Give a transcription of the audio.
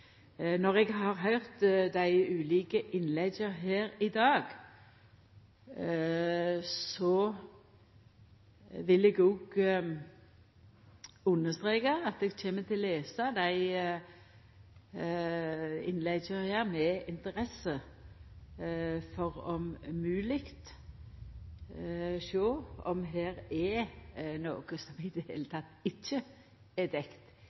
Eg har høyrt dei ulike innlegga her i dag, og eg vil understreka at eg kjem til å lesa desse innlegga med interesse for om mogleg å sjå om det er noko som i det heile ikkje er dekt